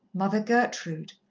mother gertrude.